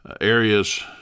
areas